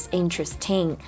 interesting